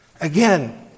Again